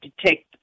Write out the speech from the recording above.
detect